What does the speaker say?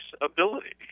ability